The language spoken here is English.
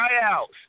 tryouts